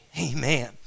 amen